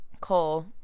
Cole